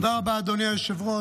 תודה רבה, אדוני היושב-ראש.